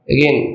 Again